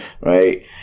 Right